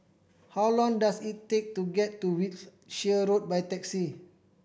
how long does it take to get to Wiltshire Road by taxi